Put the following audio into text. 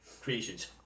creations